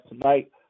tonight